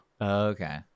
Okay